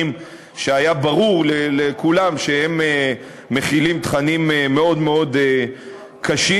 שהיה ברור לכולם שהם מכילים תכנים מאוד מאוד קשים.